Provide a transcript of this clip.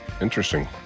Interesting